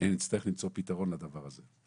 נצטרך למצוא פתרון לדבר הזה.